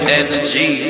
energy